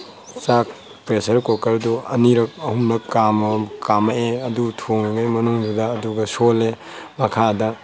ꯆꯥꯛ ꯄ꯭ꯔꯦꯁꯔ ꯀꯨꯀꯦꯔꯗꯨ ꯑꯅꯤꯔꯛ ꯑꯍꯨꯝꯂꯛ ꯀꯝꯂꯛꯑꯦ ꯑꯗꯨ ꯊꯣꯡꯂꯤꯉꯩ ꯃꯅꯨꯡꯗꯨꯗ ꯑꯗꯨꯒ ꯑꯗꯨꯒ ꯁꯣꯜꯂꯦ ꯃꯈꯥꯗ